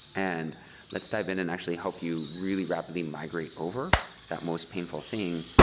and let's dive in and actually hope you really rapidly migrate over that most painful thing.